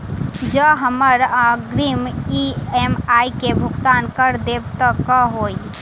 जँ हमरा अग्रिम ई.एम.आई केँ भुगतान करऽ देब तऽ कऽ होइ?